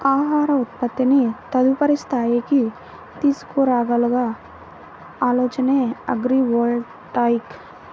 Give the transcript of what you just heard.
ఆహార ఉత్పత్తిని తదుపరి స్థాయికి తీసుకురాగల ఆలోచనే అగ్రివోల్టాయిక్